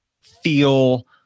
feel